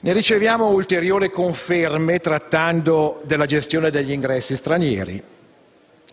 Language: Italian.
Ne riceviamo ulteriori conferme trattando della gestione degli ingressi stranieri,